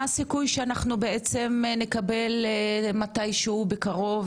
מה הסיכוי שאנחנו בעצם נקבל מתישהו בקרוב